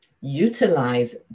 utilize